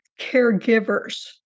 caregivers